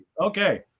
Okay